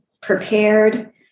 prepared